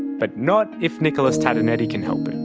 but not if nicholas tatonetti can help it.